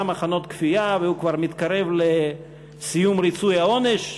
מחנות כפייה והוא כבר מתקרב לסיום ריצוי העונש,